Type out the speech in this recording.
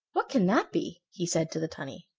what can that be? he said to the tunny.